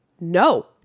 no